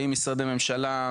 באים משרדי ממשלה,